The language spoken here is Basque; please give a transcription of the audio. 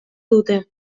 dute